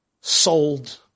Sold